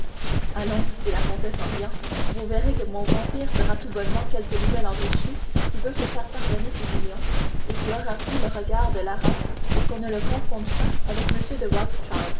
allons dit la comtesse en riant vous verrez que mon vampire sera tout bonnement quelque nouvel enrichi qui veut se faire pardonner ses millions et qui aura pris le regard de lara pour qu'on ne le confonde pas avec